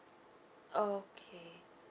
okay